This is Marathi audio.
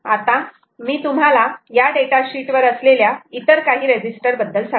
आता मी तुम्हाला या डेटा शीट वर असलेल्या इतर काही रेजीस्टर बद्दल सांगतो